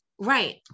right